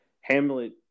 Hamlet